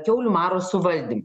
kiaulių maro suvaldym